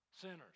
Sinners